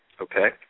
okay